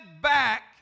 back